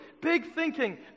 big-thinking